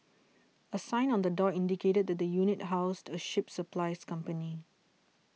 a sign on the door indicated that the unit housed a ship supplies company